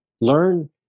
Learn